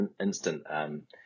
instant